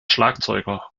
schlagzeuger